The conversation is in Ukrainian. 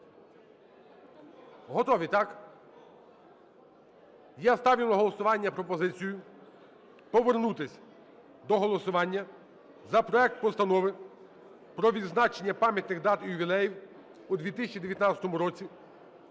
Готові, так? Я ставлю на голосування пропозицію повернутись до голосування за проект Постанови про відзначення пам'ятних дат і ювілеїв у 2019 році